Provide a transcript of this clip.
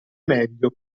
meglio